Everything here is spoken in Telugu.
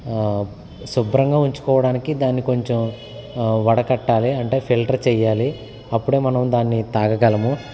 శుభ్రంగా ఉంచుకోవడానికి దాన్ని కొంచెం వడకట్టాలి అంటే ఫిల్టర్ చెయ్యాలి అప్పుడే మనం దాన్ని తాగగలము